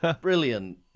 Brilliant